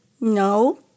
No